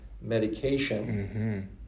medication